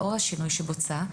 לאור השינוי שבוצע,